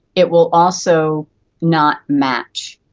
it will also not match,